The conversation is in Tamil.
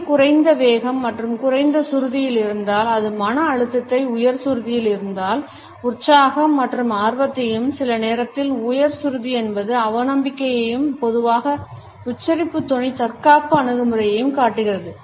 குரல் குறைந்த வேகம் மற்றும் குறைந்த சுருதியில் இருந்தால் அது மன அழுத்தத்தையும் உயர் சுருதியில் இருந்தால் உற்சாகம் மற்றும் ஆர்வத்தையும் சில நேரத்தில் உயர் சுருதி என்பது அவநம்பிக்கையையும்பொதுவாக உச்சரிப்பு தொனி தற்காப்பு அணுகுமுறையையும் காட்டுகிறது